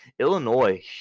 Illinois